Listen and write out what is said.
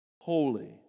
Holy